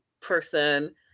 person